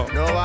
no